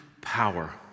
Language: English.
power